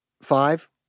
five